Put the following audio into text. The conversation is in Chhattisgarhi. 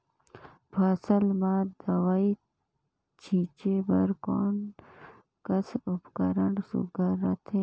फसल म दव ई छीचे बर कोन कस उपकरण सुघ्घर रथे?